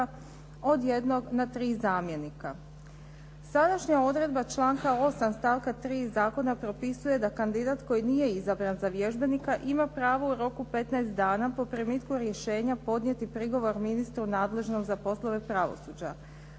od jednog na tri zamjenika. Sadašnja odredba članka 8. stavka 3. zakona propisuje da kandidat koji nije izabran za vježbenika ima pravo u roku od 15 dana po primitku rješenja podnijeti prigovor ministru nadležnom za poslove pravosuđa.